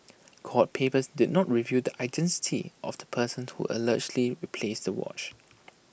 court papers did not reveal the identity of the person who allegedly replaced the watch